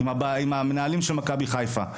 עם המנהלים של מכבי חיפה,